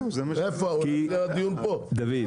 דוד,